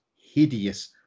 hideous